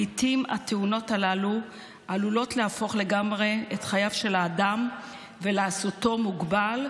לעיתים התאונות הללו עלולות להפוך לגמרי את חייו של האדם ולעשותו מוגבל,